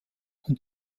und